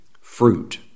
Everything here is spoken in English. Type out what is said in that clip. fruit